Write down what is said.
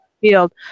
field